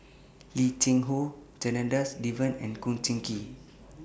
Lim Cheng Hoe Janadas Devan and Kum Chee Kin